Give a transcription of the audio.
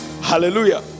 Hallelujah